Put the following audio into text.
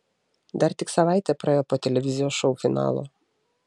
dar tik savaitė praėjo po televizijos šou finalo